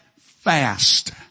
fast